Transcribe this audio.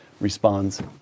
responds